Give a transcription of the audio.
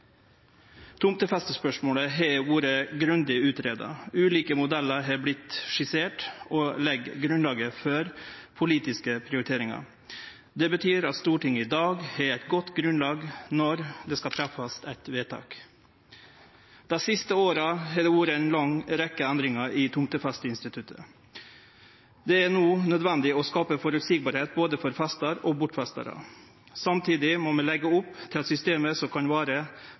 Tomtefestespørsmålet har vore grundig utgreidd. Ulike modellar har vorte skisserte og legg grunnlaget for politiske prioriteringar. Det betyr at Stortinget i dag har eit godt grunnlag når det skal fattast eit vedtak. Dei siste åra har det vore ei lang rekkje endringar i tomtefesteinstituttet. Det er no nødvendig å skape føreseielegheit for både festarar og bortfestarar. Samtidig må vi leggje opp til at systemet også kan vere prosessdempande for dei som